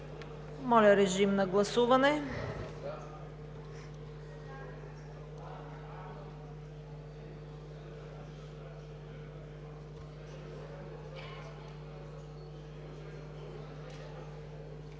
Моля, режим на гласуване.